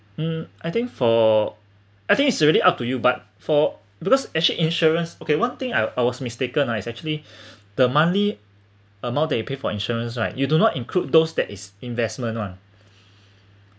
um I think for I think it's really up to you but for because actually insurance okay one thing I I was mistaken is actually the monthly amount they pay for insurance right you do not include those that is investment [one]